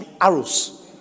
arrows